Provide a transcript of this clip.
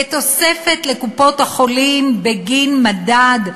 לתוספת לקופות-החולים בגין מדד,